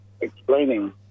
explaining